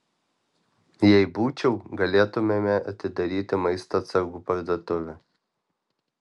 jei būčiau galėtumėme atidaryti maisto atsargų parduotuvę